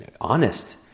honest